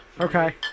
Okay